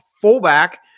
fullback